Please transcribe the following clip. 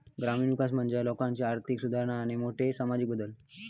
ग्रामीण विकास म्हणजे लोकांची आर्थिक सुधारणा आणि मोठे सामाजिक बदल